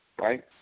right